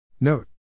Note